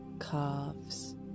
calves